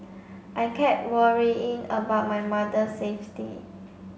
I kept worrying about my mother safety